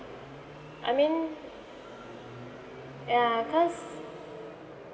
I mean ya cause